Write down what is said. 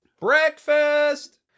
Breakfast